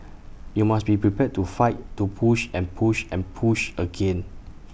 you must be prepared to fight to push and push and push again